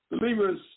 believers